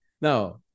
Now